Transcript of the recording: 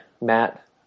Matt